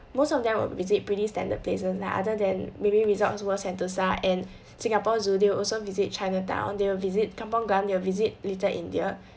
most of them will visit pretty standard places like other than maybe resorts world sentosa and singapore zoo they will also visit chinatown they will visit kampong glam they will visit little india